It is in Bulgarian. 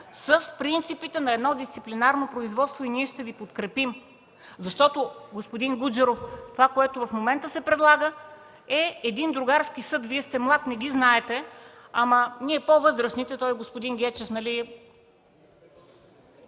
с принципите на дисциплинарно производство и ние ще Ви подкрепим. Господин Гуджеров, това, което в момента се предлага, е другарски съд. Вие сте млад, не го знаете. Ние, по-възрастните, с господин Гечев сме